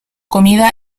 comida